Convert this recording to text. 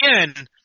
again